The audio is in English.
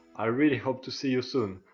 i really hope to see you soon,